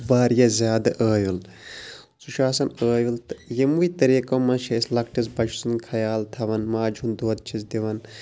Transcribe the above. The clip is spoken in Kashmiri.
واریاہ زیادٕ عٲویُل سُہ چھُ آسان عٲویُل تہٕ یِموٕے طریٖقہٕ منٛز چھِ أسۍ لۄکٹِس بَچہِ سُنٛد خیال تھاوان ماجہٕ ہُنٛد دۄد چھِس دِوان